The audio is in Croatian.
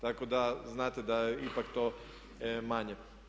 Tako da znate da je ipak to manje.